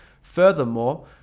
furthermore